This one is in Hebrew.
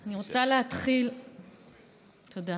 אני רוצה להתחיל קודם